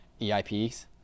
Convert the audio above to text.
EIPs